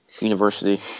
University